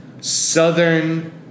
Southern